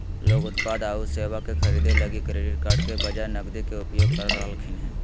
लोग उत्पाद आऊ सेवा के खरीदे लगी क्रेडिट कार्ड के बजाए नकदी के उपयोग कर रहलखिन हें